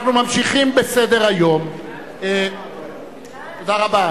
תודה רבה.